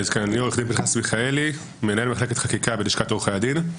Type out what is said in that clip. אני מנהל מחלקת חקיקה בלשכת עורכי הדין.